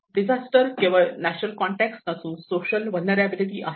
disaster केवळ natural context नसून social vulnerability आहे